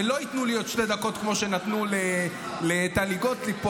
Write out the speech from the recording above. ולא ייתנו לי עוד שתי דקות כמו שנתנו לטלי גוטליב פה,